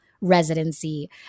residency